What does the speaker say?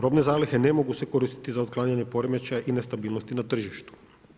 Robne zalihe ne mogu se koristiti za otklanjanje poremećaja i nestabilnosti na tržištu.